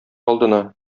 алдына